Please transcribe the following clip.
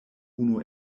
unu